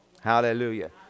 Hallelujah